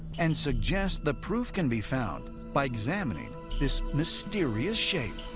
and suggest the proof can be found by examining this mysterious shape.